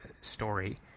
story